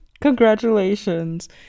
Congratulations